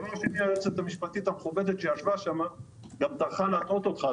היועצת המשפטית המכובדת שישבה שם גם טרחה להטעות אותך,